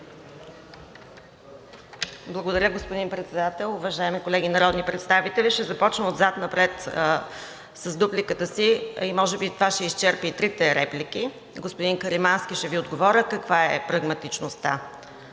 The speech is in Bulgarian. Благодаря, господин Председател. Уважаеми колеги народни представители, ще започна отзад напред с дупликата и може би това ще изчерпи и трите реплики. Господин Каримански, ще Ви отговоря каква е прагматичността.